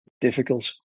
difficult